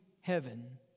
heaven